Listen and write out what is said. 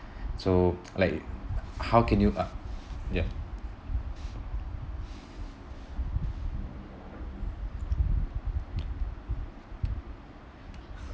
so like how can you uh ya